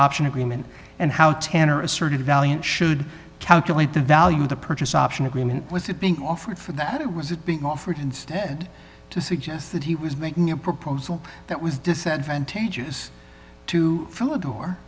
option agreement and how ten or a certain valiant should calculate the value of the purchase option agreement was it being offered for that or was it being offered instead to suggest that he was making a proposal that was decided and taiji is to fill a door